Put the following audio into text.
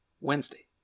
Wednesday